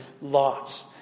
lots